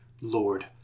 Lord